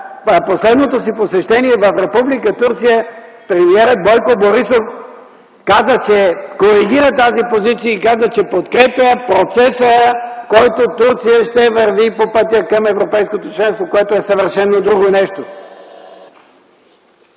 последното си посещение в Република Турция премиерът Бойко Борисов коригира тази позиция и каза, че подкрепя процеса, в който Турция ще върви по пътя към европейското членство, което е съвършено друго нещо.